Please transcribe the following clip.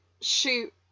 shoot